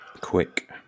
Quick